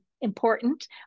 important